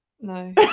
No